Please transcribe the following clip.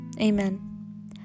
Amen